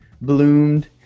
bloomed